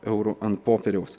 eurų ant popieriaus